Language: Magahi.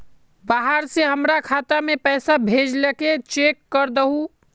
बाहर से हमरा खाता में पैसा भेजलके चेक कर दहु?